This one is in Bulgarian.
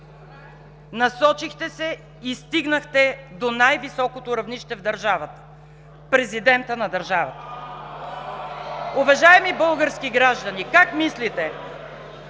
Насочихте се и стигнахте до най-високото равнище в държавата – президента на държавата. (Шум и реплики.) Уважаеми български граждани, как мислите: